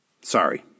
Sorry